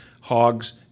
hogs